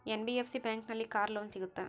NBFC ಬ್ಯಾಂಕಿನಲ್ಲಿ car loan ಸಿಗುತ್ತಾ?